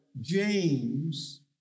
James